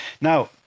Now